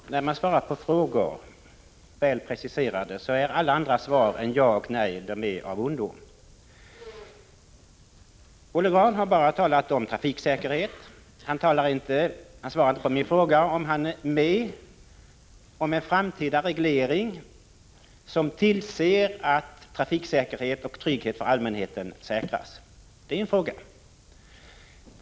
Herr talman! När man svarar på frågor, väl preciserade, är alla andra svar än ja och nej av ondo. Olle Grahn har bara talat om trafiksäkerhet. Han svarar inte på min fråga om han är med om en framtida reglering som tillser att trafiksäkerheten och tryggheten för allmänheten säkras. Det är en fråga.